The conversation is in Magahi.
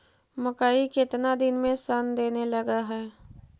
मकइ केतना दिन में शन देने लग है?